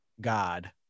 god